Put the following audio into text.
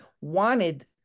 wanted